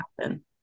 happen